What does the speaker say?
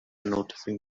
noticing